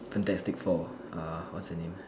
fantastic four uh what's her name